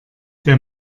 der